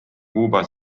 kuuba